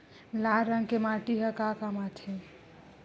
लाल रंग के माटी ह का काम आथे?